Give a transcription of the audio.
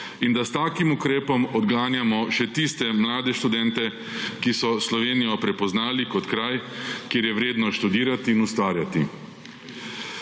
in da s takim ukrepom odganjamo še tiste mlade študente, ki so Slovenijo prepoznali kot kraj, kjer je vredno študirati in ustvarjati.